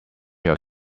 your